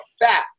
fat